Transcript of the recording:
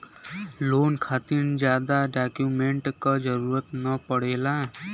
loan खातिर जादा document क जरुरत न पड़ेला